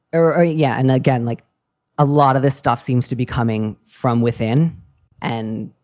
or yeah. and again, like a lot of this stuff seems to be coming from within and.